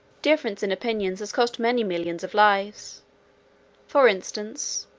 difference in opinions has cost many millions of lives for instance,